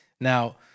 now